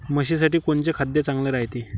म्हशीसाठी कोनचे खाद्य चांगलं रायते?